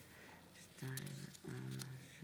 62 בעד.